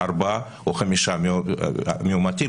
ארבעה או חמישה מאומתים,